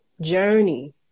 journey